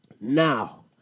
Now